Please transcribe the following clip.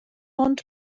ond